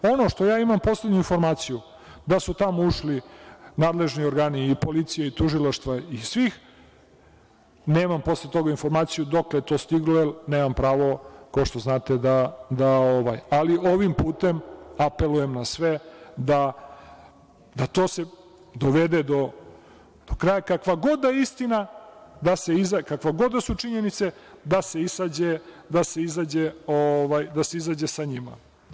Ono što ja imam poslednju informaciju, da su tamo ušli nadležni organi i policije i tužilaštva i svih, nemam posle toga informaciju dokle je to stiglo, jer nemam pravo, kao što znate, ali ovim putem apelujem na sve da se to dovede do kraja, kakva god da je istina, kakve god da su činjenice, da se izađe sa njima.